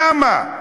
למה?